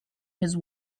his